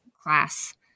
class